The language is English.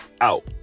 out